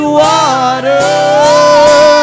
water